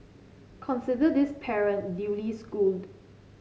consider this parent duly schooled